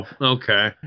okay